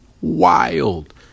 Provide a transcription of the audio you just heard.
wild